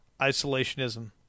isolationism